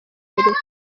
mbere